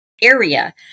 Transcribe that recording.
area